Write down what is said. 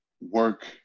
work